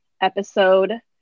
episode